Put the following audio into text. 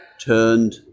turned